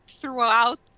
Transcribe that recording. throughout